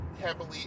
heavily